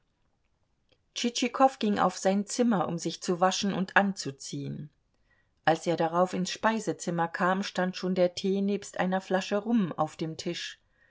ging auf sein zimmer um sich zu waschen und anzuziehen als er darauf ins speisezimmer kam stand schon der tee nebst einer flasche rum auf dem tisch